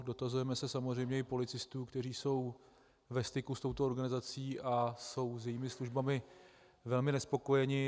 Dotazujeme se samozřejmě i policistů, kteří jsou ve styku s touto organizací a jsou s jejími službami velmi nespokojeni.